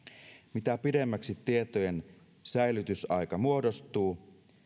mitä pidemmäksi tietojen säilytysaika muodostuu